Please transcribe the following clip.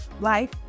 life